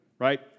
Right